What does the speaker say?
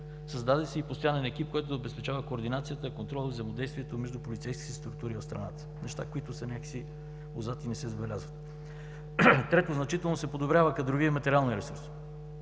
Създаде се и постоянен екип, който да обезпечава координацията, контрола и взаимодействието между полицейските структури в страната – неща, които са някак си отзад, и не се забелязват. Трето, значително се подобрява кадровият и материалният ресурс.